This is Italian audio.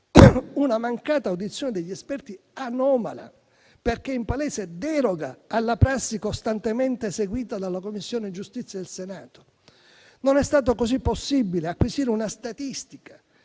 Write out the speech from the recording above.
Una mancata audizione degli esperti è anomala perché in palese deroga alla prassi costantemente seguita dalla Commissione giustizia del Senato. Non è stato così possibile acquisire una statistica